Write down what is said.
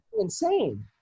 insane